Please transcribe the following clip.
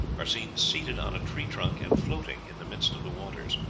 are seen seated on a tree-trunk and floating in the midst of the waters.